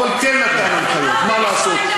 אבל כן נתן הנחיות, מה לעשות.